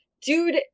Dude